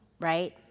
right